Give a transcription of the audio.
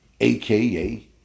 aka